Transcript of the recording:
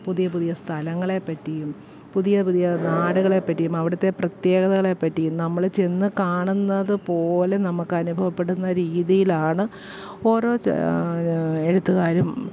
പുതിയ പുതിയ സ്ഥലങ്ങളെപ്പറ്റിയും പുതിയ പുതിയ നാടുകളെപ്പറ്റിയും അവിടുത്തെ പ്രത്യേകതകളെപ്പറ്റിയും നമ്മൾ ചെന്നു കാണുന്നതു പോലെ നമുക്കനുഭവപ്പെടുന്ന രീതിയിലാണ് ഓരോ ചെ എഴുത്തുകാരും